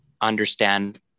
understand